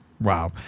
Wow